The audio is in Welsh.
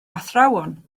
athrawon